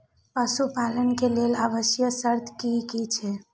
पशु पालन के लेल आवश्यक शर्त की की छै?